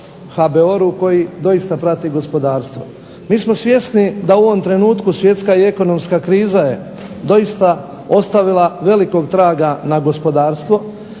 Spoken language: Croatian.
HBOR-u koji doista prati gospodarstvo. Mi smo svjesni da u ovom trenutku svjetska i ekonomska kriza je doista ostavila velikog traga na gospodarstvo,